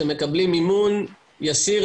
אתם מקבלים מימון ישיר,